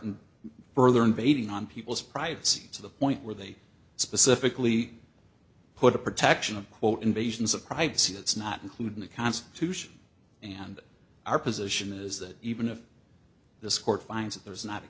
and further invading on people's privacy to the point where they specifically put the protection of quote invasions of privacy that's not included in the constitution and our position is that even if this court finds that there's not